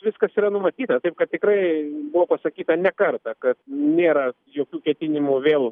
viskas yra numatyta taip kad tikrai buvo pasakyta ne kartą kad nėra jokių ketinimų vėl